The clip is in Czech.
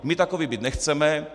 My takoví být nechceme.